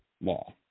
law